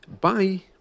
Bye